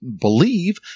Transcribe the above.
believe